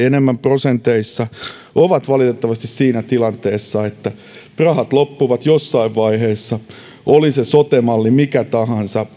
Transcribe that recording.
enemmän ovat valitettavasti siinä tilanteessa että rahat loppuvat jossain vaiheessa oli sote malli mikä tahansa